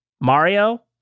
Mario